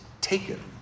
taken